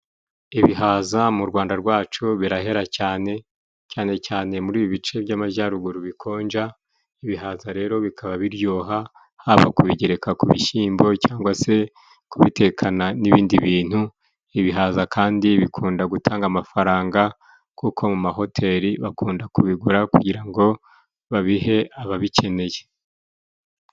Ibihaza mu Rwanda rwacu birahera cyane, cyane cyane muri ibi bice by'amajyaruguru bikonja, ibihaza rero bikaba biryoha haba kubigereka ku bishyimbo cyangwa se kubitekana n'ibindi bintu, ibihaza kandi bikunda gutanga amafaranga, kuko mu mahoteri bakunda kubigura kugira ngo babihe ababikeneye.